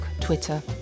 Twitter